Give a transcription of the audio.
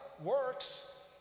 works